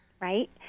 right